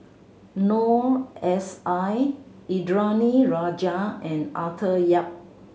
Noor S I Indranee Rajah and Arthur Yap